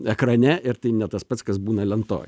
ekrane ir tai ne tas pats kas būna lentoj